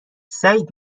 سعید